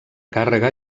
càrrega